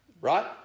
Right